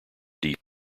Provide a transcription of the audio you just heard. deep